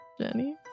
Jenny